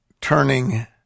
turning